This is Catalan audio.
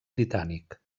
britànic